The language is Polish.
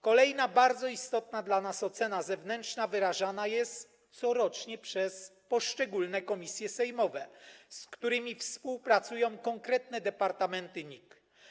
Kolejna, bardzo istotna dla nas ocena zewnętrzna dokonywana jest corocznie przez poszczególne komisje sejmowe, z którymi współpracują konkretne departamenty NIK.